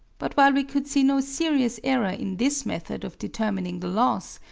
but while we could see no serious error in this method of determining the loss,